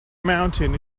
mountain